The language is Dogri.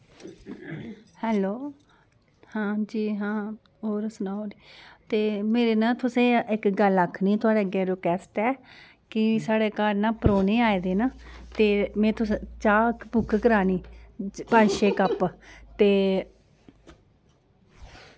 हैलो हांजी हां और सुनाओ ते मेरे ना तुसें गी इक गल्ल आखनी ऐ थोआड़े अग्गै रिकवैस्ट ऐ कि साढ़े घर परोह्ने आए दे न ते में तुस चाह् बुक करानी पंज छे कप ते